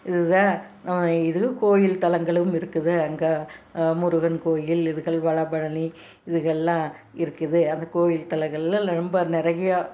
இது தான் இது கோவிலு தலங்களும் இருக்குது அங்கே முருகன் கோவிலு இதுகள் வடபழனி இதுகள்லான் இருக்குது அந்த கோவில் தலங்களில் ரொம்ப நிறையா